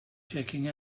checking